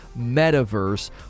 metaverse